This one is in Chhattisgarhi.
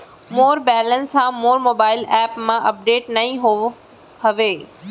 मोर बैलन्स हा मोर मोबाईल एप मा अपडेट नहीं होय हवे